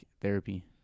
therapy